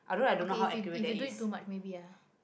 okay if you if you do it too much maybe ya